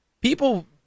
People